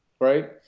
right